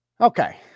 Okay